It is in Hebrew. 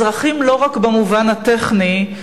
אזרחים לא רק במובן הטכני,